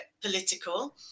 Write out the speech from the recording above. political